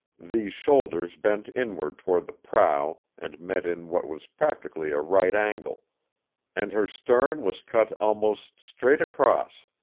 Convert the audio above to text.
these shoulders bent inward toward the prow and met in what was practically a right angle and her stern was cut almost straight across,